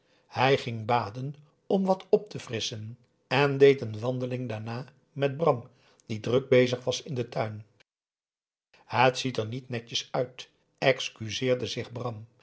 hij ging baden om wat op te frisschen en deed n wandeling daarna met bram die druk bezig was in den tuin het ziet er niet netjes uit excuseerde zich bram